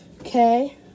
Okay